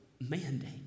mandate